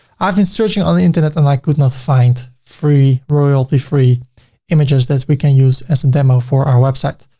i've been searching on the internet and i like could not find free royalty-free images that we can use as a demo for our website.